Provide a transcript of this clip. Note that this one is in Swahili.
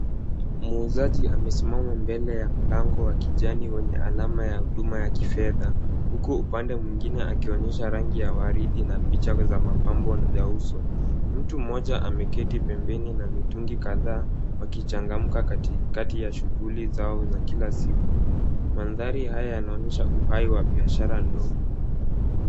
Muuzaji amesimama mbele ya mlango wa kijani wenye alama ya huduma ya kifedha, huku upande mwingine akionyesha rangi ya waridi na picha za mapambo ya uso. Mtu mmoja ameketi pembeni na mitungi kadhaa akichangamka katikati ya shughuli zao za kila siku. Mandhari haya yanaonyesha uhai wa biashara ndogo.